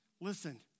Listen